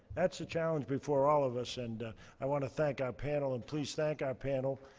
that's the challenge before all of us, and i want to thank our panel. and please thank our panel